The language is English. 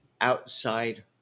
outside